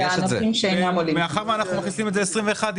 מכיוון שאנחנו מכניסים את זה 21',